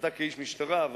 שאתה כאיש משטרה,